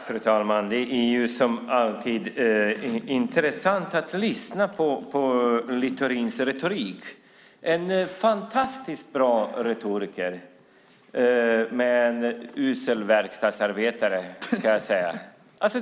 Fru talman! Det är som alltid intressant att lyssna på Littorins retorik. Han är en fantastiskt bra retoriker, men en usel verkstadsarbetare, ska jag säga.